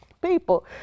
people